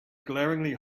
glaringly